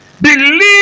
Believe